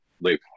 leave